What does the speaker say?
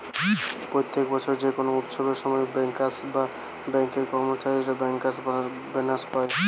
প্রত্যেক বছর যে কোনো উৎসবের সময় বেঙ্কার্স বা বেঙ্ক এর কর্মচারীরা বেঙ্কার্স বোনাস পায়